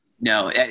No